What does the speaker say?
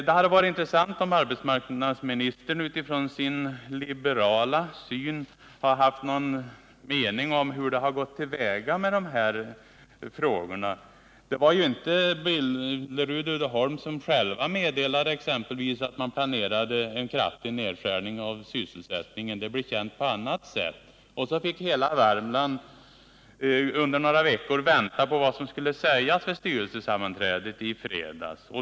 Det hade varit intressant om arbetsmarknadsministern utifrån sin liberala syn hade haft någon mening om hur företagets handläggning av dessa frågor har skötts. Det var ju inte Billerud-Uddeholm som meddelade att man planerade en kraftig nedskärning av sysselsättningen — det blev känt på annat sätt. Sedan fick hela Värmland under några veckor vänta på vad som skulle sägas vid styrelsesammanträdet i fredags.